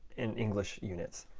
in english units?